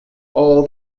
all